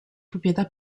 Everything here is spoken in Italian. proprietà